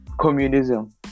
communism